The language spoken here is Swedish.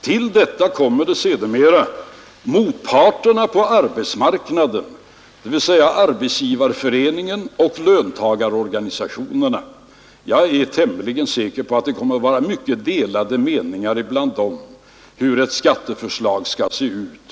Till detta kommer sedermera motparterna på arbetsmarknaden, dvs. Arbetsgivareföreningen och löntagarorganisationerna. Jag är tämligen säker på att det kommer att råda mycket delade meningar bland dem om hur ett skatteförslag skall se ut.